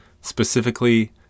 specifically